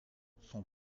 son